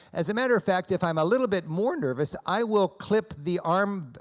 as a matter of fact if i'm a little bit more nervous, i will clip the arm,